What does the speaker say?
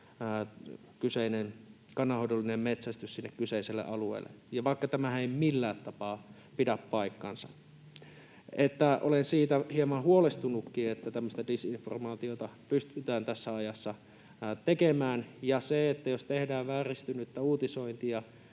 kyseinen kannanhoidollinen metsästys sinne kyseiselle alueelle, vaikka tämähän ei millään tapaa pidä paikkaansa. Olen siitä hieman huolestunutkin, että tämmöistä disinformaatiota pystytään tässä ajassa tekemään, ja jos tehdään vääristynyttä uutisointia,